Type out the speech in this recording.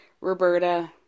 roberta